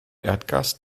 erdgas